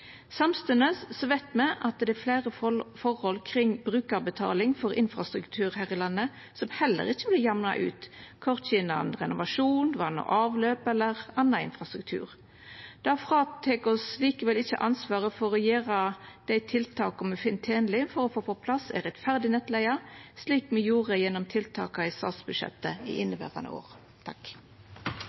veit me at det er fleire forhold kring brukarbetaling for infrastruktur her i landet som heller ikkje vert jamna ut, korkje innan renovasjon, vatn og avløp eller annan infrastruktur. Det tek likevel ikkje frå oss ansvaret for å setja inn dei tiltaka me finn tenlege for å få på plass ei rettferdig nettleige, slik me gjorde gjennom tiltaka i statsbudsjettet for inneverande år.